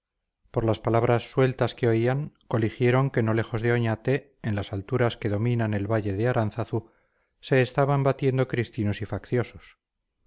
por las palabras sueltas que oían coligieron que no lejos de oñate en las alturas que dominan el valle de aránzazu se estaban batiendo cristinos y facciosos